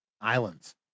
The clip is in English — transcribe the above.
islands